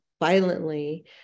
violently